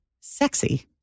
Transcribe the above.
sexy